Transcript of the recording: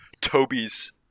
Toby's